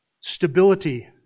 stability